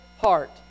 heart